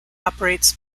operates